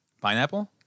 pineapple